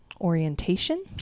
orientation